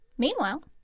Meanwhile